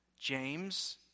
James